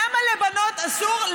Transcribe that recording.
למה לבנות אסור?